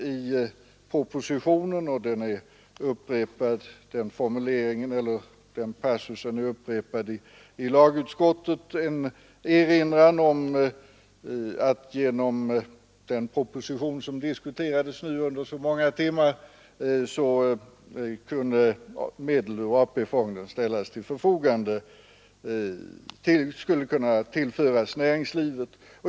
I propositionen finns nämligen en erinran — och den är upprepad i lagutskottets betänkande — om att efter bifall till den proposition som diskuterats nu under så många timmar skulle medel ur AP-fonden kunna tillföras näringslivet.